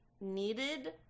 needed